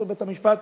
בסוף בית-המשפט,